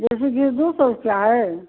देसी घी क्या है